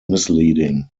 misleading